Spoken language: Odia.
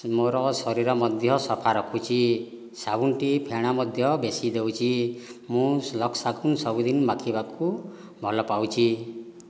ମୋର ଶରୀର ମଧ୍ୟ ସଫା ରଖୁଛି ସାବୁନଟି ଫେଣ ମଧ୍ୟ ବେଶି ଦେଉଛି ମୁଁ ଲକ୍ସ ସାବୁନ ସବୁଦିନ ମାଖିବାକୁ ଭଲପାଉଛି